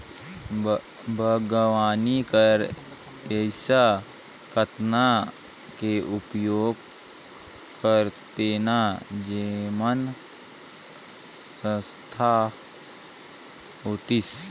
बागवानी बर ऐसा कतना के उपयोग करतेन जेमन सस्ता होतीस?